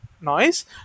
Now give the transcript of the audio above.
noise